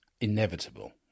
inevitable